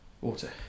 Water